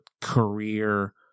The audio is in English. career